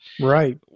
right